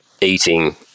eating